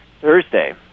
Thursday